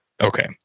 okay